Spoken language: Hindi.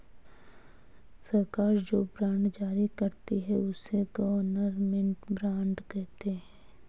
सरकार जो बॉन्ड जारी करती है, उसे गवर्नमेंट बॉन्ड कहते हैं